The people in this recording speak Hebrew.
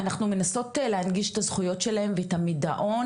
אנחנו מנסות להנגיש להן את הזכויות שלהן ואת המידעון